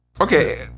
Okay